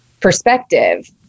perspective